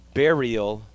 burial